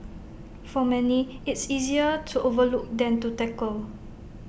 for many it's easier to overlook than to tackle